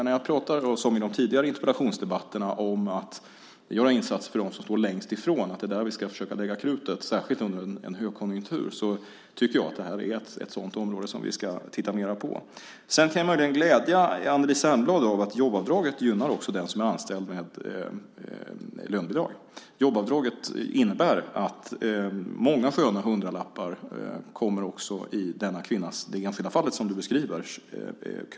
När jag som i de tidigare interpellationsdebatterna pratar om insatser för dem som står längst ifrån och säger att det är där vi ska försöka lägga krutet, särskilt under en högkonjunktur, menar jag att det här är ett sådant område som vi ska titta mer på. Sedan kan jag möjligen glädja dig, Anneli Särnblad. Jobbavdraget gynnar också den som är anställd med lönebidrag. Jobbavdraget innebär att många sköna hundralappar kommer i lönekuvertet också när det gäller den kvinna i det enskilda fall som du beskrivit.